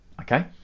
okay